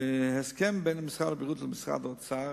בהסכם בין משרד הבריאות למשרד האוצר